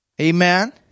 Amen